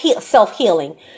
self-healing